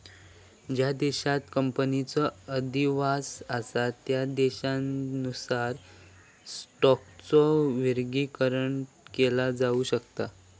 ज्या देशांत कंपनीचो अधिवास असा त्या देशानुसार स्टॉकचो वर्गीकरण केला जाऊ शकता